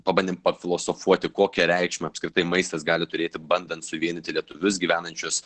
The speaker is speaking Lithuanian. pabandėm pafilosofuoti kokią reikšmę apskritai maistas gali turėti bandant suvienyti lietuvius gyvenančius